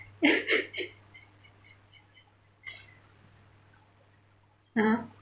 (uh huh)